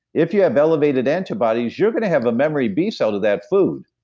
if you have elevated antibodies, you're going to have a memory b cell to that food.